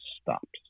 stops